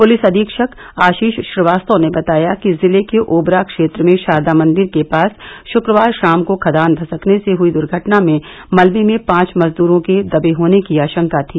police अवीक्षक आश्रीष श्रीवास्तव ने बताया कि जिले के ओबत क्षेत्र में शारदा मंदिर के पास शुक्रवार शाम को खदान धसकने से हुई दुर्घटना में मलबे में पांच मजदूरों के दबे होने की आशंका थी